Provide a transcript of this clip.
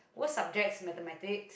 worst subject Mathematic